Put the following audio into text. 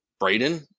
Braden